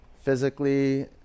physically